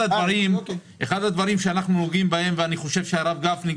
אחד הדברים שאנחנו נוגעים בהם ואני חושב שהרב גפני,